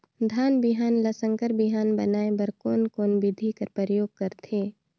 धान बिहान ल संकर बिहान बनाय बर कोन कोन बिधी कर प्रयोग करथे?